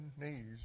knees